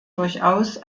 durchaus